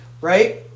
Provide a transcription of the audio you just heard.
right